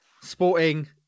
sporting